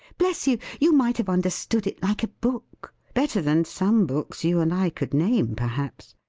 bless you, you might have understood it like a book better than some books you and i could name, perhaps.